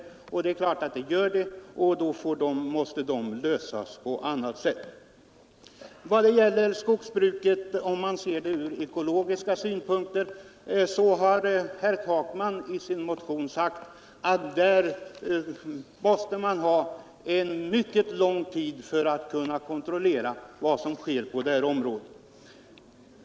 Det är riktigt, och då får man lösa de problemen på annat sätt. I vad gäller skogsbruket från ekologisk synpunkt har herr Takman i sin ”Det finns ingen anledning att idealisera sko reservation sagt, att man måste ta mycket lång tid på sig för att kunna kontrollera vad som sker på detta område.